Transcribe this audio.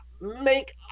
make